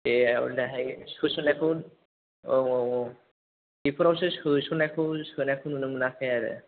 बेयावहाय सोसन्नायखौ औ औ औ बेफोरावसो सोसन्नायखौ सोनायखौ नुनो मोनाखै आरोे